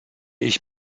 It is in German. ich